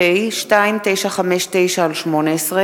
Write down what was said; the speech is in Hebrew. פ/2339/18 וכלה בהצעת חוק פ/2959/18,